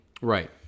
Right